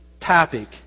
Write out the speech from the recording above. topic